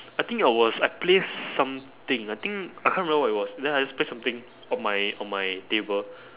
I think I was I placed something I think I can't remember what it was then I just placed something on my on my table